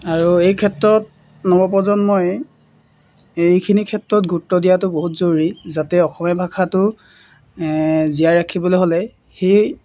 আৰু এই ক্ষেত্ৰত নৱপ্ৰজন্মই এইখিনি ক্ষেত্ৰত গুৰুত্ব দিয়াটো বহুত জৰুৰী যাতে অসমীয়া ভাষাটো জীয়াই ৰাখিবলৈ হ'লে সেই